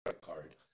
card